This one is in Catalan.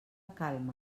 calma